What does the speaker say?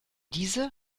diese